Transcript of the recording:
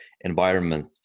environment